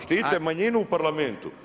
Štite manjinu u parlamentu.